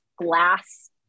glass-